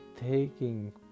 taking